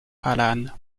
allan